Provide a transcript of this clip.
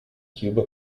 tuba